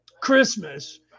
Christmas